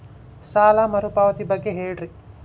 ಸಾಲ ಮರುಪಾವತಿ ಬಗ್ಗೆ ಹೇಳ್ರಿ?